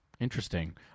interesting